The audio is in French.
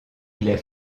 les